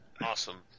Awesome